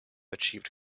achieved